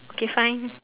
okay fine